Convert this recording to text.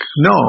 No